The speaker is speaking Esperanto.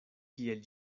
kiel